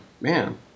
man